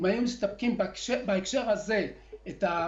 במקום זה,